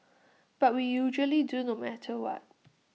but we usually do no matter what